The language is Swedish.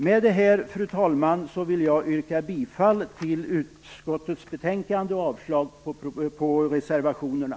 Med detta, fru talman, vill jag yrka bifall till utskottets hemställan och avslag på reservationerna.